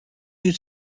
you